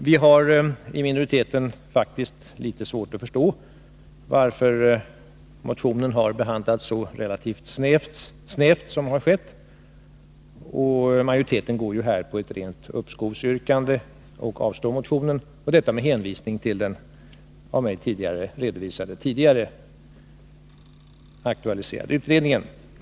Minoriteten i utskottet har faktiskt litet svårt att förstå varför motionen har behandlats så relativt ”snävt”. Majoriteten framför här ett rent uppskovsyrkande genom att yrka avslag på motionen med hänvisning till den tidigare aktualiserade utredningen.